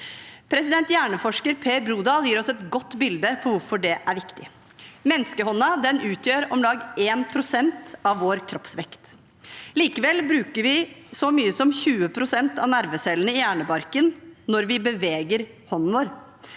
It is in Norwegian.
lærer mer. Hjerneforsker Per Brodal gir oss et godt bilde på hvorfor det er viktig. Menneskehånden utgjør om lag 1 pst. av vår kroppsvekt. Likevel bruker vi så mye som 20 pst. av nervecellene i hjernebarken når vi beveger hånden vår.